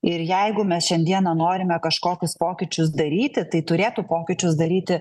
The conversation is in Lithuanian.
ir jeigu mes šiandieną norime kažkokius pokyčius daryti tai turėtų pokyčius daryti